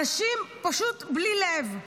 אנשים פשוט בלי לב,